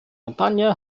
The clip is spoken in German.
kampagne